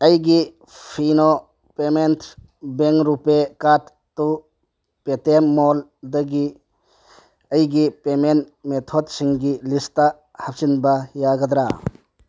ꯑꯩꯒꯤ Fino payment bank RuPay ꯀꯥꯔ꯭ꯗꯇꯨ Paytm ꯃꯣꯜꯗꯒꯤ ꯑꯩꯒꯤ ꯄꯦꯃꯦꯟ ꯃꯦꯊꯣꯠꯁꯤꯡꯒꯤ ꯂꯤꯁꯇ ꯍꯥꯞꯆꯤꯟꯕ ꯌꯥꯒꯗ꯭ꯔꯥ